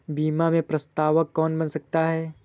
बीमा में प्रस्तावक कौन बन सकता है?